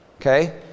okay